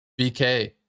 BK